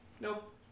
Nope